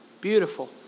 Beautiful